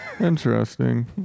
Interesting